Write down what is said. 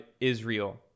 Israel